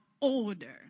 order